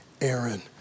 Aaron